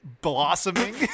Blossoming